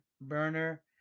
burner